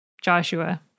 Joshua